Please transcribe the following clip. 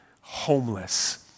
homeless